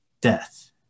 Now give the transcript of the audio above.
death